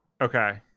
Okay